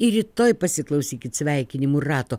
ir rytoj pasiklausykit sveikinimų rato